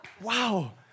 wow